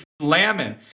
slamming